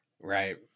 Right